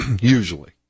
usually